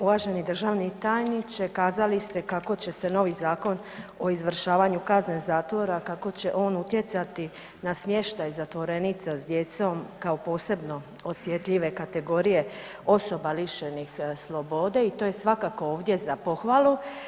Uvaženi državni tajniče kazali ste kako će se novi Zakon o izvršavanju kazne zatvora kako će on utjecati na smještaj zatvorenica sa djecom kao posebno osjetljive kategorije osoba lišenih slobode i to je svakako ovdje za pohvalu.